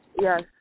Yes